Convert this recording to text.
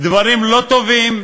דברים לא טובים,